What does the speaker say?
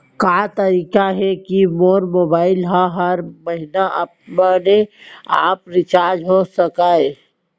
का तरीका हे कि मोर मोबाइल ह हर महीना अपने आप रिचार्ज हो सकय?